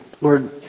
Lord